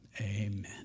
Amen